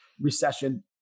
recession